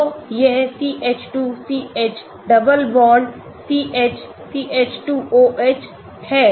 तो यह CH2 CH double bond CH CH2 OH है